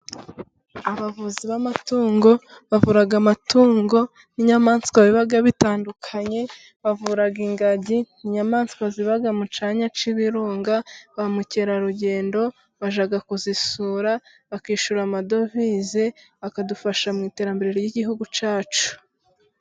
Abavuzi b'amatungo bavura amatungo n'inyamaswa biba bitandukanye, bavura ingagi inyamaswa ziba mu cyanya cy'birunga, ba mukerarugendo bajya kuzisura bakishyura amadovize bakadufasha mu iterambere ry'igihugu cyacu.